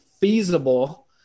feasible